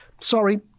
Sorry